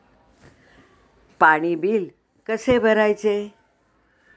पाणी बिल कसे भरायचे?